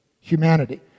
humanity